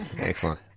excellent